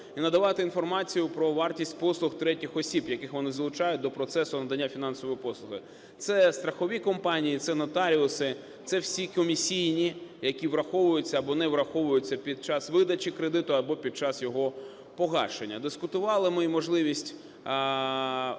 і надавати інформацію про вартість послуг третіх осіб, яких вони залучають до процесу надання фінансової послуги: це страхові компанії, це нотаріуси, це всі комісійні, які враховуються або не враховуються під час видачі кредиту або під час його погашення. Дискутували ми й можливість